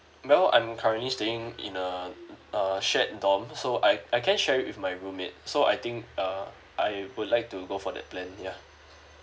well I'm currently staying in a a shared dorm so I I can share it with my roommate so I think uh I would like to go for that plan ya